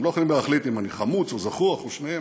הם לא יכולים להחליט אם אני חמוץ או זחוח או שניהם,